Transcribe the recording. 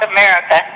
America